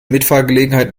mitfahrgelegenheit